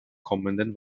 kommenden